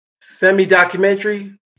Semi-documentary